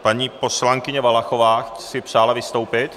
Paní poslankyně Valachová si přála vystoupit?